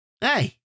Hey